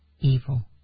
evil